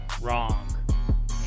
wrong